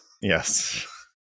yes